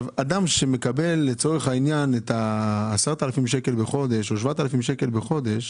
אדם שמקבל 10,000 שקלים בחודש או 7,000 שקלים בחודש,